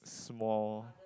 small